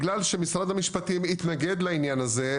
בגלל שמשרד המשפטים התנגד לעניין הזה,